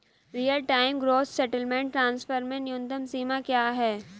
Real time gross settlement transfer में न्यूनतम सीमा क्या है?